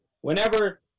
whenever